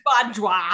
bonjour